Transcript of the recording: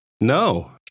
No